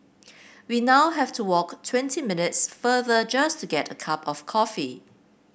we now have to walk twenty minutes farther just to get a cup of coffee